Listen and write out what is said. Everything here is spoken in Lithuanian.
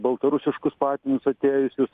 baltarusiškus patinus atėjusius